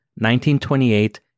1928